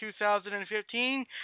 2015